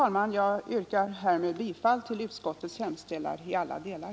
Jag yrkar, fru talman, bifall till utskottets hemställan i alla delar.